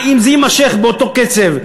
אם זה יימשך באותו קצב,